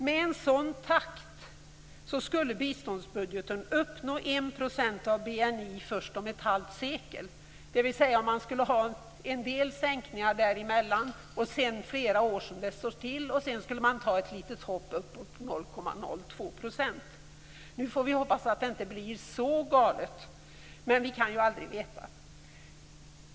Med en sådan takt skulle biståndsbudgeten uppnå 1 % av BNI först om ett halvt sekel. Man skulle ha en del sänkningar däremellan, sedan skulle det stå stilla i flera år och därefter skulle man ta ett litet hopp uppåt på 0,02 %. Nu får vi hoppas att det inte blir så galet, men det kan vi inte veta.